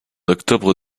octobre